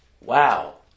Wow